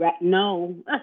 No